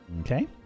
Okay